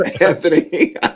Anthony